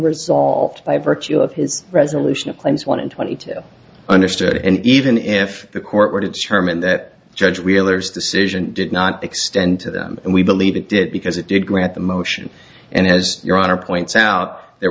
resolved by virtue of his resolution of claims one in twenty two understood and even if the court were to determine that judge wheeler's decision did not extend to them and we believe it did because it did grant the motion and as your honor points out there